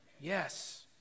Yes